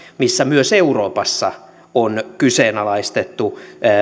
missä myös euroopassa on kyseenalaistettu